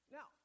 Now